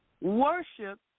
Worship